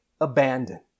abandon